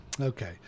okay